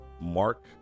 Mark